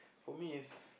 for me is